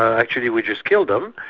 actually we just killed them.